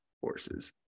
horses